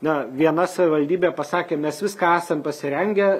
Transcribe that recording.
na viena savivaldybė pasakė mes viską esam pasirengę